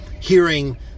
hearing